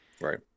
right